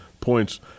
points